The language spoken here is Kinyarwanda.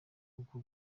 uku